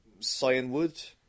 cyanwood